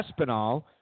Espinal